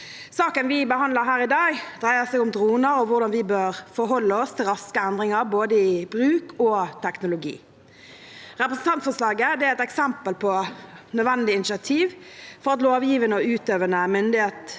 Saken vi behandler her i dag, dreier seg om droner og hvordan vi bør forholde oss til raske endringer i både bruk og teknologi. Representantforslaget er et eksempel på nødvendige initiativ for at lovgivende og utøvende myndighet